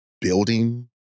building